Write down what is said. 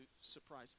surprise